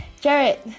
Jared